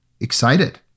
excited